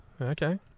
Okay